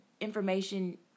information